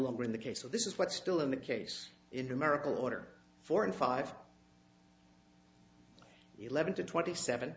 longer in the case so this is what still in the case in american order four and five eleven to twenty seven